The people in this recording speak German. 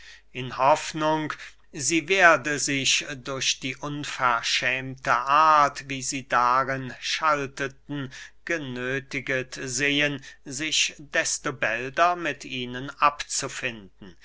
in hoffnung sie werde sich durch die unverschämte art wie sie darin schalteten genöthiget sehen sich desto bälder mit ihnen abzufinden